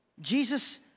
Jesus